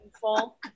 full